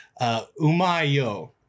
umayo